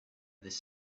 this